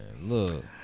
Look